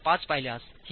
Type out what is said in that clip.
5 पाहिल्यासही 1